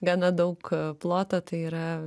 gana daug ploto tai yra